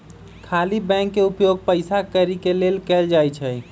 खाली बैंक के उपयोग पइसा कौरि के लेल कएल जाइ छइ